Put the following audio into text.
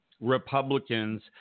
Republicans